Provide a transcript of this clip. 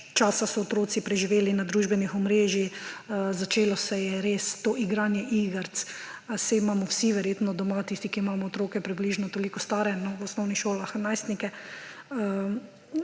časa so otroci preživeli na družbenih omrežij, začelo se je res to igranje iger, a saj imamo vsi verjetno doma – tisti, ki ima otroke približno toliko stare, v osnovnih šolah, najstnike,